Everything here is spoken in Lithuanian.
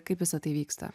kaip visa tai vyksta